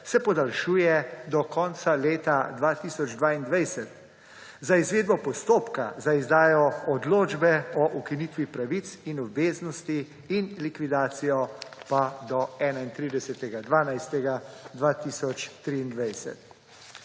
se podaljšuje do konca leta 2022, za izvedbo postopka za izdajo odločbe o ukinitvi pravic in obveznosti in likvidacijo pa do 31. 12. 2023.